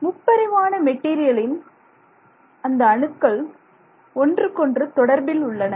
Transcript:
முப்பரிமாண மெட்டீரியலின் அந்த அணுக்கள் ஒன்றுக்கொன்று தொடர்பில் உள்ளன